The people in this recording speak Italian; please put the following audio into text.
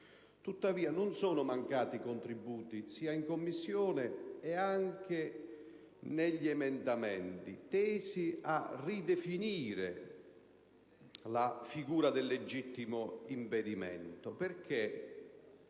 Tuttavia, non sono mancati contributi, in Commissione e anche negli emendamenti, tesi a ridefinire la figura del legittimo impedimento.